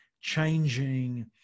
changing